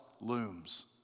looms